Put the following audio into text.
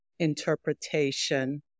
interpretation